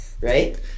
right